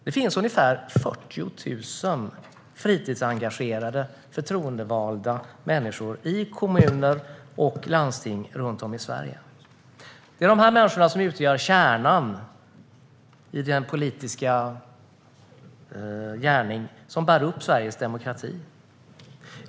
Det finns ungefär 40 000 fritidsengagerade förtroendevalda människor i kommuner och landsting runt om i Sverige. Det är de människorna som utgör kärnan i den politiska gärning som bär upp Sveriges demokrati.